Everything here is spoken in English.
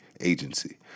Agency